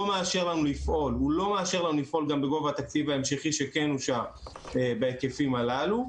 מאפשר לנו לפעול גם בגובה התקציב ההמשכי שכן אושר בהיקפים הללו.